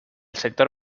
sector